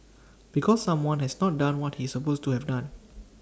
because someone has not done what he supposed to have done